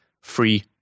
free